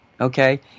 okay